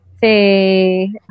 Say